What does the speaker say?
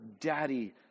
Daddy